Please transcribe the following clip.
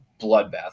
bloodbath